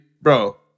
Bro